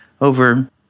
over